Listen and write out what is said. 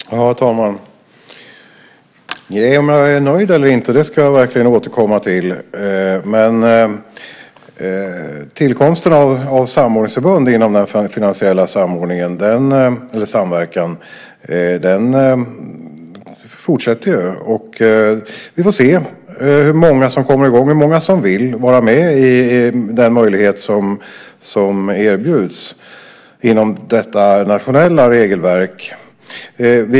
Herr talman! Det där med om jag är nöjd eller inte ska jag verkligen återkomma till, men tillkomsten av samordningsförbund inom den finansiella samverkan fortsätter ju. Vi får se hur många som kommer i gång, hur många som vill vara med i den möjlighet som erbjuds inom detta nationella regelverk.